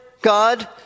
God